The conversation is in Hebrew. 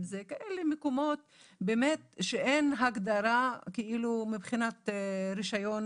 כאלה מקומות שבאמת אין הגדרה כאילו מבחינת רישיון